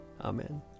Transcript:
Amen